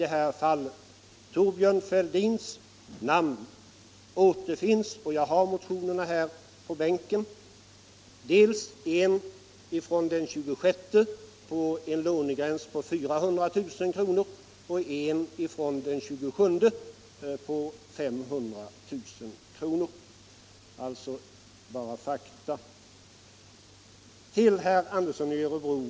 Thorbjörn Fälldins namn återfinns dels under en motion väckt den 26 januari, där det föreslås en lånegräns på 400 000 kr., dels under en annan av den 27 januari, där det föreslås en gräns på 500 000 kr. Jag har båda motionerna här på bänken, och detta är alltså fakta.